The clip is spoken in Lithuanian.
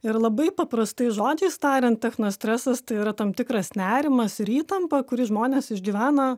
ir labai paprastais žodžiais tariant technostresas tai yra tam tikras nerimas ir įtampa kurį žmonės išgyvena